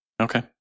Okay